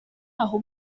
aho